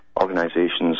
organizations